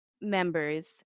members